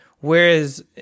Whereas